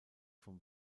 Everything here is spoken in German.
vom